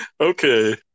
Okay